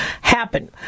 happen